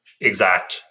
exact